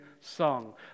song